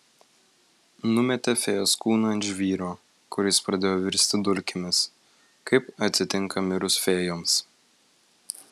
numetė fėjos kūną ant žvyro kur jis pradėjo virsti dulkėmis kaip atsitinka mirus fėjoms